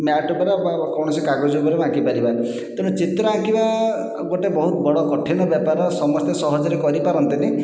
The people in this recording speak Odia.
ମ୍ୟାଟ୍ ଉପରେ ଅବା କୌଣସି କାଗଜ ଉପରେ ଆଙ୍କିପାରିବା ତେଣୁ ଚିତ୍ର ଆଙ୍କିବା ଗୋଟିଏ ବହୁତ ବଡ଼ କଠିନ ବେପାର ସମସ୍ତେ ସହଜରେ କରିପରନ୍ତିନି